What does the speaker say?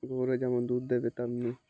গরুরা যেমন দুধ দেবে তেমনি